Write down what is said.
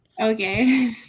Okay